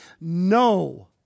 no